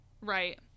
Right